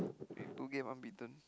twenty two game unbeaten